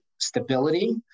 Stability